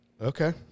Okay